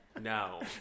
No